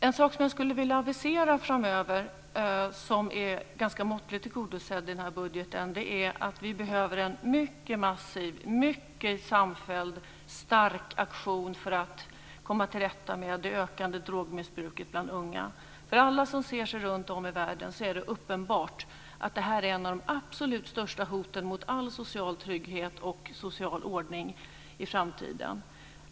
En sak som jag skulle vilja avisera framöver och som är ganska måttligt tillgodosedd i den här budgeten är att vi behöver en mycket massiv, samfälld och stark aktion för att komma till rätta med det ökande drogmissbruket bland unga. För alla som ser sig runtom i världen är det uppenbart att detta är ett av de absolut största hoten mot all social trygghet och social ordning i framtiden.